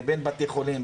לבין בתי-חולים,